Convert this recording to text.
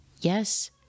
Yes